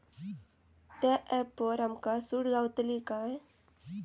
त्या ऍपवर आमका सूट गावतली काय?